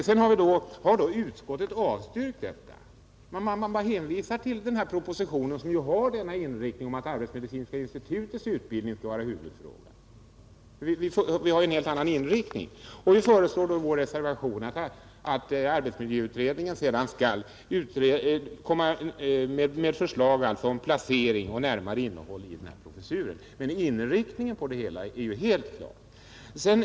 Detta har emellertid utskottet avstyrkt och hänvisar till propositionen, som har denna inriktning att arbetsmedicinska institutets utbildning skall vara huvudfrågan. Vi har alltså där en helt annan inriktning. Vi föreslår i vår reservation att arbetsmiljöutredningen skall framlägga förslag om placering och närmare innehåll i professuren, men inriktningen är helt klar.